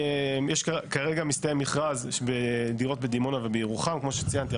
כרגע מסתיים מכרז דירות בדימונה ובירוחם כמו שציינתי,